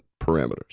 parameters